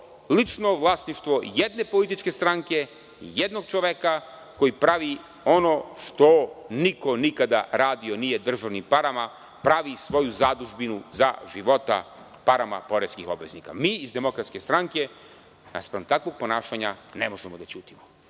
lično vlasništvo jedne političke stranke, jednog čoveka koji pravi ono što niko nikada nije radio sa državnim parama – pravi svoju zadužbinu za života parama poreskih obveznika. Mi iz DS, naspram takvog ponašanja, ne možemo da ćutimo.